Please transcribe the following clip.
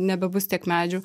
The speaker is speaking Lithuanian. nebebus tiek medžių